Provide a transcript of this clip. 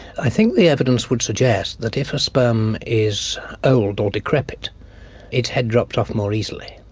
i think the evidence would suggest that if a sperm is old or decrepit its head drops off more easily.